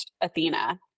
Athena